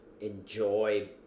enjoy